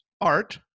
Art